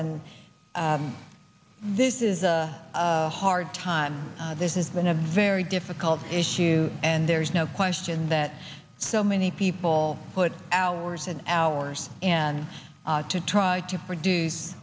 and this is a hard time this has been a very difficult issue and there's no question that so many people put hours and hours and to try to produce